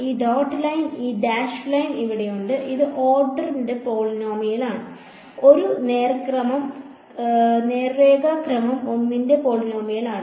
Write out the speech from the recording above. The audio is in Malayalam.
ഈ ഡോട്ട് ലൈൻ ഈ ഡാഷ് ലൈൻ ഇവിടെയുണ്ട് ഇത് ഓർഡറിന്റെ പോളിനോമിയലാണ് 1 നേർരേഖ ക്രമം 1 ന്റെ പോളിനോമിയലാണ്